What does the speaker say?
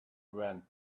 when